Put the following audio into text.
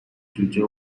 جوجه